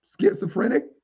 schizophrenic